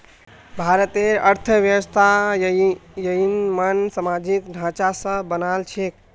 भारतेर अर्थव्यवस्था ययिंमन सामाजिक ढांचा स बनाल छेक